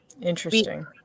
Interesting